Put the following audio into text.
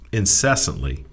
incessantly